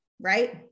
right